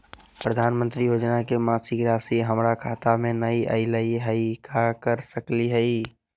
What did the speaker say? प्रधानमंत्री योजना के मासिक रासि हमरा खाता में नई आइलई हई, का कर सकली हई?